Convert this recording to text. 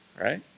Right